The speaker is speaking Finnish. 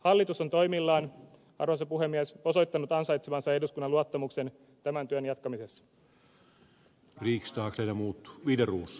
hallitus on toimillaan arvoisa puhemies osoittanut ansaitsevansa eduskunnan luottamuksen tämän työn jatkamisessa